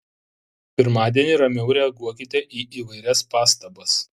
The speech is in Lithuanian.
pirmadienį ramiau reaguokite į įvairias pastabas